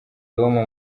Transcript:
roma